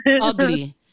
ugly